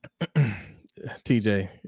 TJ